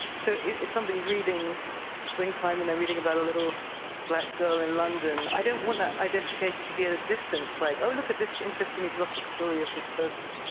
so if somebody's reading swing time and they're reading about a little black girl in london, i don't want that identification to be at a distance, like look at this interesting exotic story of this person.